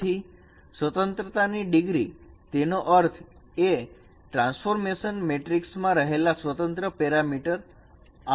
તેથી સ્વતંત્રતાની ડિગ્રી તેનો અર્થ એ કે ટ્રાન્સફોર્મેશન મેટ્રિક્સ માં રહેલા સ્વતંત્ર પેરામીટર 8 છે